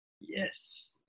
Yes